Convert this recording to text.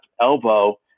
elbow